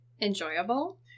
enjoyable